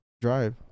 drive